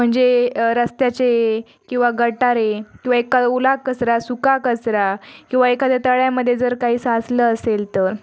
म्हणजे रस्त्याचे किंवा गटारे किंवा एक ओला कचरा सुका कचरा किंवा एखाद्या तळ्यामध्ये जर काही साचलं असेल तर